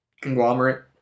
conglomerate